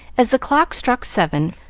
as the clock struck seven,